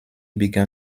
began